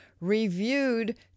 reviewed